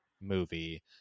movie